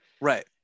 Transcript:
Right